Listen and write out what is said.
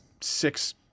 six